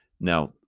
Now